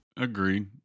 agreed